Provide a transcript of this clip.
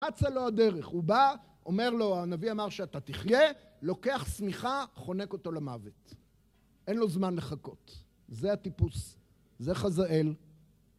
אצה לו הדרך הוא בא אומר לו, הנביא אמר שאתה תחיה לוקח שמיכה חונק אותו למוות. אין לו זמן לחכות. זה הטיפוס, זה חזאל.